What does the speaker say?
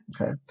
Okay